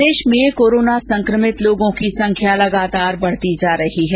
प्रदेश में कोरोना संकमित लोगों की संख्या लगातार बढती जा रही है